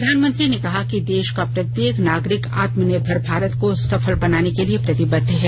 प्रधानमंत्री ने कहा कि देश का प्रत्येक नागरिक आत्मनिर्भर भारत को सफल बनाने के लिए प्रतिबद्ध है